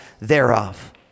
thereof